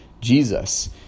Jesus